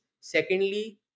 Secondly